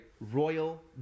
royal